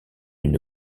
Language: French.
une